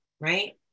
right